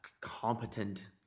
competent